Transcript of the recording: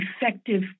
effective